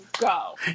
go